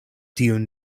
tiun